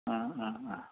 অঁ অঁ